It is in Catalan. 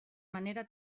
manera